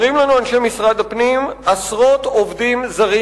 אומרים לנו אנשי משרד הפנים שעשרות עובדים זרים